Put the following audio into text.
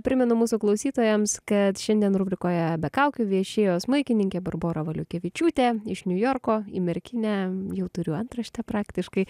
primenu mūsų klausytojams kad šiandien rubrikoje be kaukių viešėjo smuikininkė barbora valiukevičiūtė iš niujorko į merkinę jau turiu antraštę praktiškai